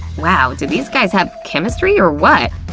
wow, do these guys have chemistry or what?